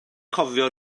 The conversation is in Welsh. cofio